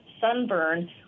sunburn